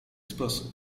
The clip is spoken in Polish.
sposób